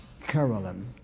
Carolyn